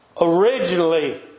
originally